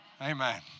amen